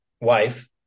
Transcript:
wife